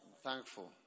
Thankful